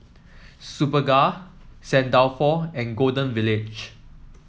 Superga Saint Dalfour and Golden Village